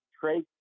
trade